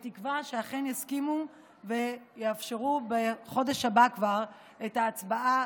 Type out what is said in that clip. בתקווה שאכן יסכימו ויאפשרו כבר בחודש הבא את ההצבעה